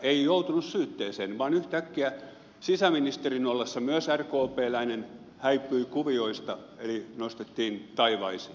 ei joutunut syytteeseen vaan yhtäkkiä sisäministerin ollessa myös rkpläinen häipyi kuvioista eli nostettiin taivaisiin